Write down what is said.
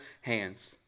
hands